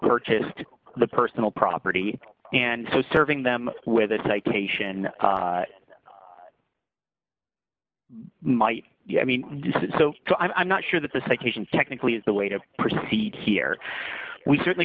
purchased the personal property and so serving them with a citation might i mean so i'm not sure that the citation technically is the way to proceed here we certainly